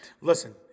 Listen